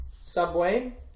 Subway